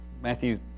Matthew